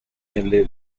nelle